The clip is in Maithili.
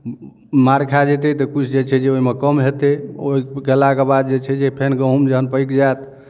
मारि खा जेतै तऽ किछु जे छै जे ओहिमे कम हेतै ओ कयलाके बाद जे छै जे फेर गहूम जखन पैक जायत